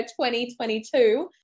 2022